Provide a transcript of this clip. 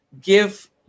give